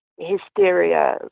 hysteria